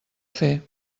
fer